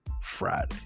Friday